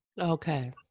Okay